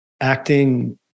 acting